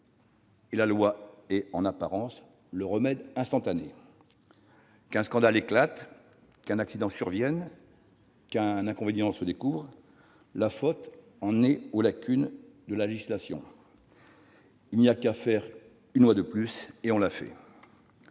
et la loi est, en apparence, le remède instantané. Qu'un scandale éclate, qu'un accident survienne, qu'un inconvénient se découvre, la faute en est aux lacunes de la législation. Il n'y a qu'à faire une loi de plus. Et on la fait